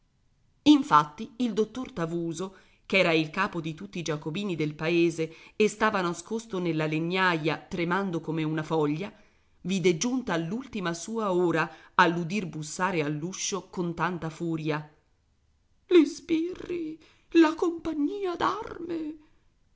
infatti il dottor tavuso ch'era il capo di tutti i giacobini del paese e stava nascosto nella legnaia tremando come una foglia vide giunta l'ultima sua ora all'udir bussare all'uscio con tanta furia i sbirri la compagnia